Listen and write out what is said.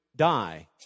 die